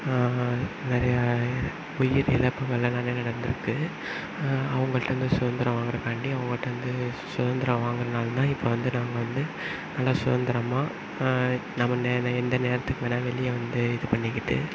நிறையா உயிர் இழப்புகளெலாம் நிறைய நடந்திருக்கு அவங்கள்கிட்டேருந்து சுதந்திரம் வாங்குறதுக்காண்டி அவர்கள்டேருந்து சுதந்திரம் வாங்கினதுனாலதான் இப்போ வந்து நம்ம வந்து நல்லா சுதந்திரமா நம்ம நே எந்த நேரத்துக்கு வேணாலும் வெளியே வந்து இது பண்ணிக்கிட்டு